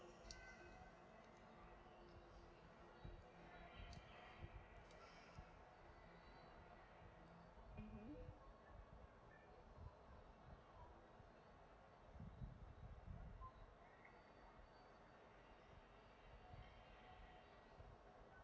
mmhmm